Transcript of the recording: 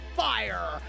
fire